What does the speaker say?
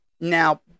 Now